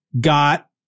got